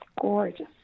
gorgeous